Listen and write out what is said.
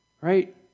Right